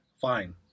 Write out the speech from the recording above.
fine